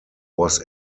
was